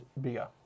bigger